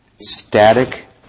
static